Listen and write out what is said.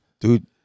Dude